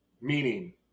Meaning